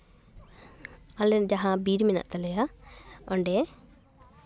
ᱟᱞᱮ ᱡᱟᱦᱟᱸ ᱵᱤᱨ ᱢᱮᱱᱟᱜ ᱛᱟᱞᱮᱭᱟ ᱚᱸᱰᱮ